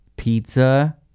pizza